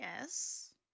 Yes